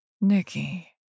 Nicky